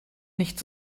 nicht